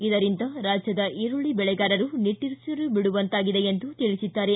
ಇದರಿಂದ ರಾಜ್ಯದ ಈರುಳ್ಳ ಬೆಳೆಗಾರರು ನಿಟ್ಟುಸಿರು ಬಿಡುವಂತಾಗಿದೆ ಎಂದು ತಿಳಿಸಿದ್ದಾರೆ